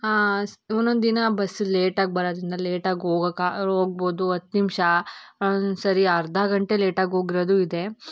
ಒಂದೊಂದು ದಿನ ಬಸ್ಸು ಲೇಟಾಗಿ ಬರೋದ್ರಿಂದ ಲೇಟಾಗಿ ಹೋಗಕ್ಕೆ ಹೋಗ್ಬೋದು ಹತ್ತು ನಿಮಿಷ ಒಂಒಂದು ಸರಿ ಅರ್ಧ ಗಂಟೆ ಲೇಟಾಗಿ ಹೋಗಿರೋದೂ ಇದೆ